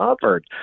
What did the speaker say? covered